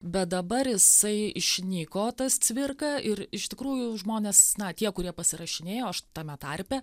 bet dabar jisai išnyko tas cvirka ir iš tikrųjų žmonės na tie kurie pasirašinėjo aš tame tarpe